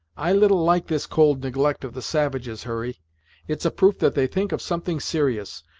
i little like this cold neglect of the savages, hurry it's a proof that they think of something serious,